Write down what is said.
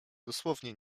dosłownie